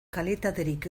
kalitaterik